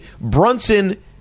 Brunson